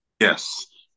Yes